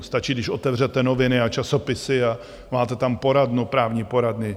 Stačí, když otevřete noviny a časopisy a máte tam poradnu, právní poradny.